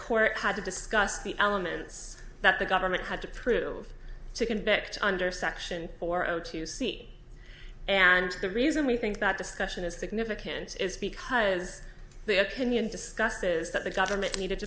court had to discuss the elements that the government had to prove to convict under section four o two c and the reason we think that discussion is significant is because the opinion discussed is that the government needed